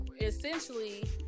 essentially